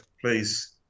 please